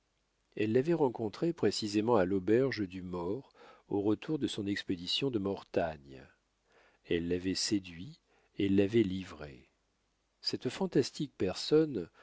elle l'avait rencontré précisément à l'auberge du more au retour de son expédition de mortagne elle l'avait séduit et l'avait livré cette fantastique personne